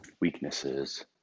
weaknesses